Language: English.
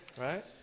Right